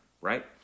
right